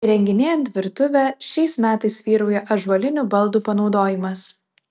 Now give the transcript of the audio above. įrenginėjant virtuvę šiais metais vyrauja ąžuolinių baldų panaudojimas